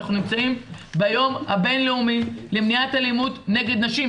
אנחנו נמצאים ביום הבין-לאומי למניעת אלימות נגד נשים,